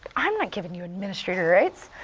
i'm not giving you administrator rights.